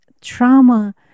Trauma